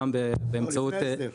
פעם באמצעות --- לא,